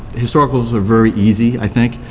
historicals are very easy i think.